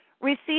received